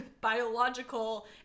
biological